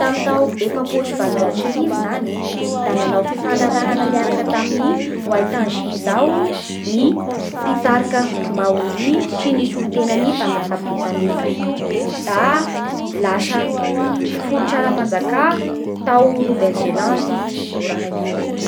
Tamin'ny tao efapolo sy valonjato sy arivo zany e da nanao fifanarahana miaraka tamin'ny White Anzi izao ny mpitarika Mahoria sy ny solon-tenan'ny mpanjaka britanika da lasa fototra ara-panjakà tao Nouvelle-Zélande io raha io.